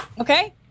okay